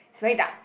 it's very dark